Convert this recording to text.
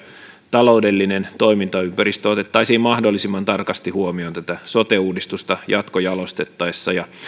taloudellinen toimintaympäristö otettaisiin mahdollisimman tarkasti huomioon tätä sote uudistusta jatkojalostettaessa ja